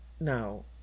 No